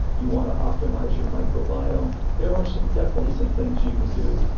you want to optimize your microbiome, there are some definitely some things you can do,